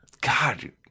God